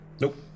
Nope